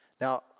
Now